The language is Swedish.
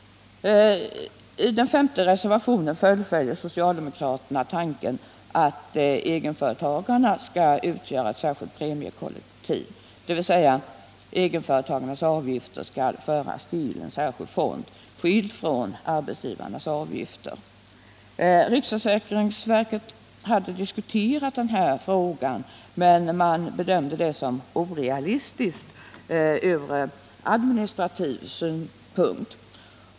I den femte reservationen fullföljer socialdemokraterna tanken att egenföretagarna skall utgöra ett särskilt premiekollektiv, dvs. att egenföretagarnas avgifter skall föras till en särskild fond, skild från den för arbetsgivarnas avgifter. Riksförsäkringsverket har diskuterat det förslaget men bedömt det som orealistiskt ur administrativ synvinkel.